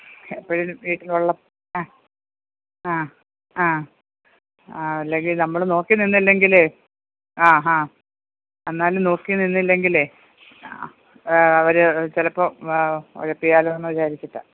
എപ്പഴേലും വീട്ടിലുള്ളപ്പം അ ആ ആ ആ അല്ലെങ്കിൽ നമ്മള് നോക്കി നിന്നില്ലെങ്കിൽ ആ ഹാ അന്നാലും നോക്കി നിന്നില്ലെങ്കിലെ അവര് ചിലപ്പം ഉഴപ്പിയാലോ എന്ന് വിചാരിച്ചിട്ടാണ്